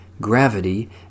gravity